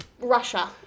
Russia